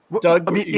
Doug